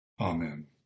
Amen